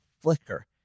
flicker